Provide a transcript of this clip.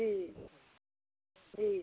ठीक है ठीक